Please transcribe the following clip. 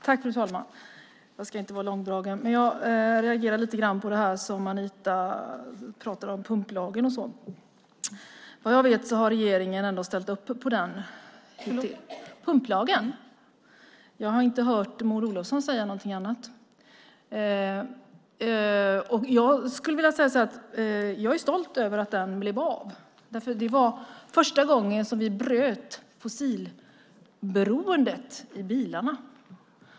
Fru ålderspresident! Jag ska inte bli långrandig. Jag reagerade lite på det Anita sade om pumplagen. Vad jag vet har regeringen ändå ställt upp på den. Jag har inte hört Maud Olofsson säga någonting annat. Jag är stolt över att den blev av. Det var första gången som vi bröt fossilberoendet i bilarna.